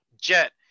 Jet